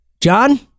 John